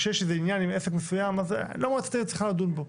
כשיש איזה עניין עם עסק מסוים אז לא מועצת העיר צריכה לדון בו.